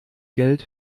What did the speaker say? geld